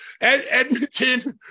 Edmonton